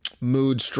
mood